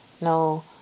No